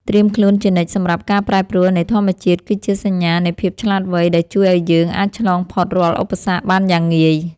ត្រៀមខ្លួនជានិច្ចសម្រាប់ការប្រែប្រួលនៃធម្មជាតិគឺជាសញ្ញានៃភាពឆ្លាតវៃដែលជួយឱ្យយើងអាចឆ្លងផុតរាល់ឧបសគ្គបានយ៉ាងងាយ។